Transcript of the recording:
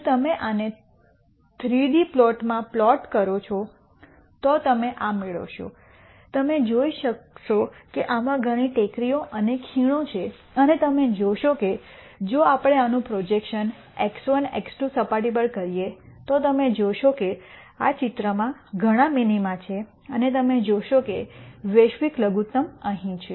જો તમે આને ત્રણ ડી પ્લોટમાં પ્લોટ કરો છો તો તમે આ મેળવશો તમે જોઈ શકશો કે આમાં ઘણી ટેકરીઓ અને ખીણો છે અને તમે જોશો કે જો આપણે આનું પ્રોજેકશન x1 x2 સપાટી પર કરીએ તો તમે જોશો કે આ ચિત્રમાં ઘણા મિનિમા છે અને તમે જોશો કે વૈશ્વિક લઘુત્તમ અહીં છે